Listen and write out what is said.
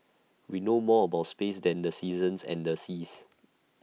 we know more about space than the seasons and the seas